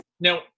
Now